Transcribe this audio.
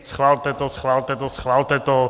Schvalte to, schvalte to, schvalte to.